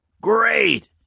Great